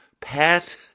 pet